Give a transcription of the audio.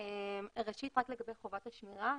ראשית, לגבי חובת השמירה.